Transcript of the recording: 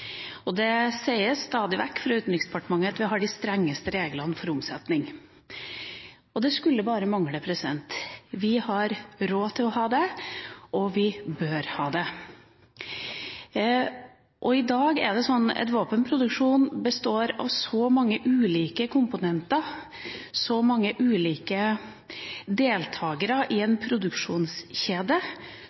og det sies stadig vekk fra Utenriksdepartementet at vi har de strengeste reglene for omsetning. Det skulle bare mangle. Vi har råd til å ha det, og vi bør ha det. I dag består våpenproduksjon av så mange ulike komponenter og så mange ulike deltakere i en produksjonskjede